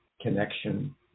connection